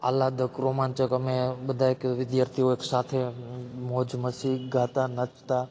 આહ્લાદક રોમાંચક અમે બધા એક વિધાર્થીઓ એક સાથે મોજ મસ્તી ગાતા નાચતા